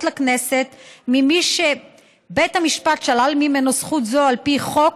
לכנסת למי ש"בית המשפט שלל ממנו זכות זו על פי חוק